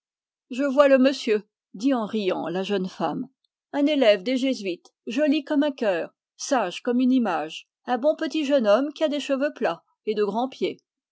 je vois le monsieur dit en riant la jeune femme un élève des jésuites joli comme un cœur sage comme une image un bon petit jeune homme qui a des cheveux plats et des grands pieds